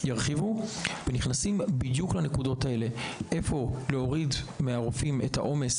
הם נכנסים בדיוק לנקודות בהם צריך להוריד מהרופאים את העומס